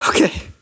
Okay